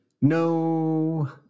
No